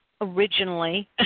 originally